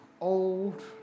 old